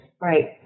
Right